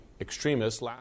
extremists